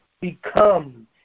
Become